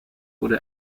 wurde